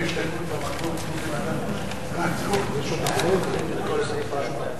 ההסתייגות של קבוצת סיעת חד"ש ושל קבוצת סיעת מרצ לסעיף 3 לא נתקבלה.